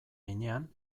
heinean